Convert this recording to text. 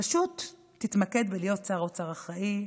פשוט תתמקד בלהיות שר אוצר אחראי.